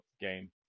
game